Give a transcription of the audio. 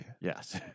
Yes